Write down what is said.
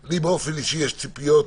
באופן אישי יש לי ציפיות